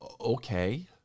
okay